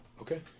Okay